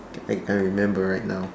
I I remember right now